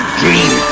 dream